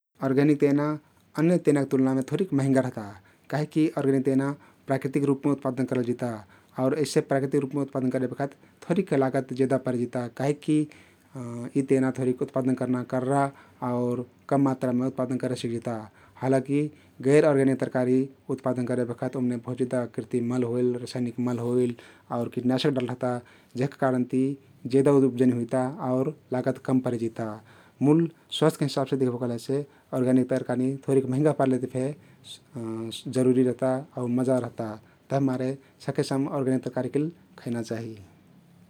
आर्ग्यानिक तेना अन्य तेनाके तुल्नामे थोरिक महँगा रहता । कहिकी ओर्ग्यानिक तेना प्रकृतिक रुपमे उत्पादन करलजिता आउर अइसे प्राकृतिकमे उत्पादन करेबखत थोरिक लागत जेदा परेजिता काहिकी यी तेना थोरिक उत्पादन कर्ना कर्रा आउ कम मात्रामे उत्पादन करे सिक्जिता । हालाकी गैर आर्ग्यानिक तरकारी उत्पादन करेबखत ओहमे बहुत जेदा कृतिम मल होइल, रसायनिक मल होइल आउ किटनाशक डारल रहता जेहका कारनति जेदा उब्जनी हुइता आउर लागत कम परेजिता । मुल स्वास्थयके हिसाबति दिख्बो कहलेसे आर्ग्यानिक तरकारी थोरी महँगा परलेति फे जरुरी रहता आउ मजा रहता । तभिमारे सकेसम आर्ग्यानिक तरकारी केल खैना चाहिं ।